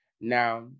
now